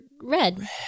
red